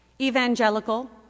evangelical